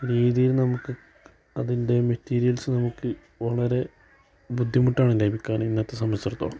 രീതിയും നമുക്ക് അതിൻ്റെ മെറ്റീരിയൽസ് നമുക്ക് വളരെ ബുദ്ധിമുട്ടാണ് ലഭിക്കാന് ഇന്നത്തെ സംബന്ധിച്ചിടത്തോളം